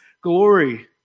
glory